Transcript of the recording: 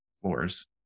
floors